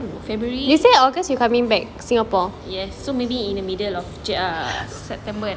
february yes so maybe in the middle of jan september